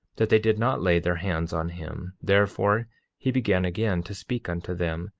that they did not lay their hands on him therefore he began again to speak unto them,